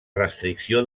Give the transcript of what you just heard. restricció